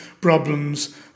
problems